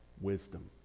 Wisdom